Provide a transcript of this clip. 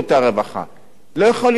לא יכול להיות שיגיעו למנהלת שירותי